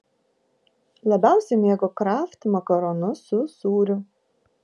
labiausiai mėgo kraft makaronus su sūriu